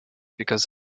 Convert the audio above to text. because